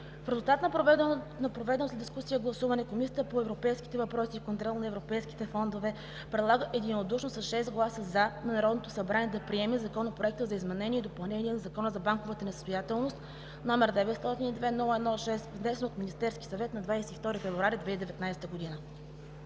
В резултат на проведеното след дискусията гласуване Комисията по европейските въпроси и контрол на европейските фондове предлага единодушно, с 6 гласа „за“, на Народното събрание да приеме Законопроект за изменение и допълнение на Закона за банковата несъстоятелност, № 902-01-6, внесен от Министерския съвет на 22 февруари 2019 г.“